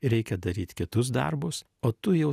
reikia daryt kitus darbus o tu jau